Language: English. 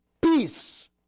peace